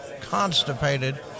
Constipated